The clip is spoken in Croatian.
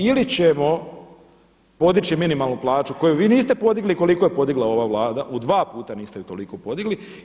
Ili ćemo podići minimalnu plaću koju vi niste podigli koliko je podigla ova Vlada, u dva puta niste je toliko podigli.